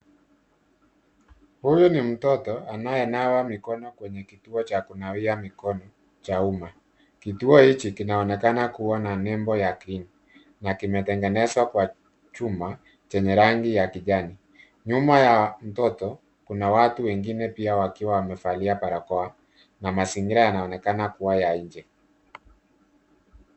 Huyu ni mtoto anayenawa mkono kwenye kituo cha kunawia mikono cha umma. Kituo hiki kinaonekana kuwa na nembo ya green na kimetengenezwa kwa chuma chenye rangi ya kijani. Nyuma ya mtoto, kuna watu wengine pia wakiwa wamevalia barakoa na mazingira yanaonekana kuwa ya nje.